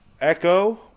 Echo